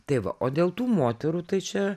tai va o dėl tų moterų tai čia